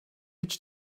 hiç